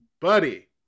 Buddy